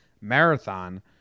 marathon